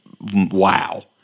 Wow